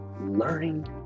learning